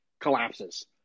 collapses